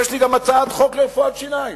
יש לי גם הצעת חוק לרפואת שיניים,